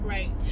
Right